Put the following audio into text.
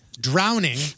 Drowning